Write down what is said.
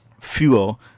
fuel